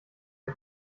wir